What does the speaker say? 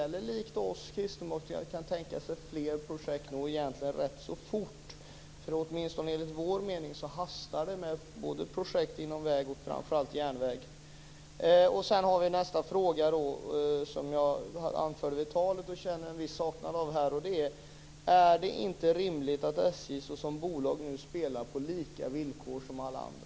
Eller kan ni, likt oss kristdemokrater, tänka er fler projekt rätt fort? Enligt vår mening hastar det, både med projekt inom väg och järnväg. Är det inte rimligt att SJ såsom bolag spelar på lika villkor som alla andra? Jag tog upp det i mitt anförande, men jag saknar ett svar.